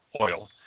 oil